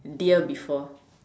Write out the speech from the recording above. deer before